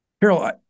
Carol